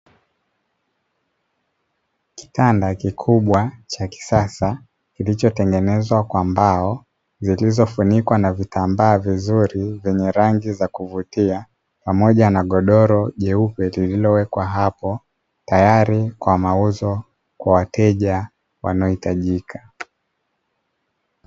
Kitanda kikubwa cha kisasa kilichotengenezwa kwa mbao zilizofunikwa na vitambaa vizuri vyenye rangi za kuvutia, pamoja na godoro jeupe lililowekwa hapo, tayari kwa mauzo kwa wateja wanaohitajika.